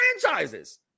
franchises